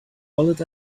bullet